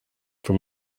from